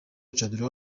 cathedral